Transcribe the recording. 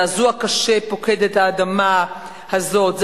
זעזוע קשה פוקד את האדמה הזאת.